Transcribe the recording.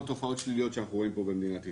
תופעות שליליות שאנחנו רואים במדינת ישראל.